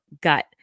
gut